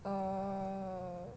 oh